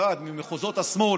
אחד ממחוזות השמאל,